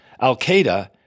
Al-Qaeda